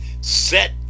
set